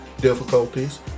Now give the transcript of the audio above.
difficulties